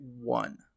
one